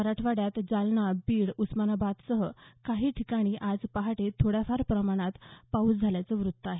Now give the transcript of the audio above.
मराठवाड्यात जालना बीड उस्मानाबादसह काही ठिकाणी आज पहाटे थोड्याफार प्रमाणात पाऊस झाल्याचं वृत्त आहे